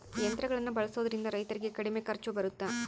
ಯಂತ್ರಗಳನ್ನ ಬಳಸೊದ್ರಿಂದ ರೈತರಿಗೆ ಕಡಿಮೆ ಖರ್ಚು ಬರುತ್ತಾ?